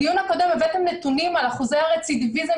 בדיון הקודם הבאתם נתונים על אחוזי הרצידיביזם